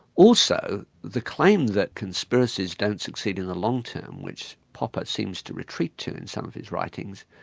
also the claim that conspiracies don't succeed in the long term, which popper seems to retreat to in some of his writings,